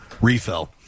refill